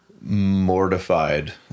mortified